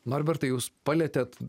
norbertai jūs palietėte